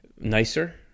nicer